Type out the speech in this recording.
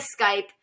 skype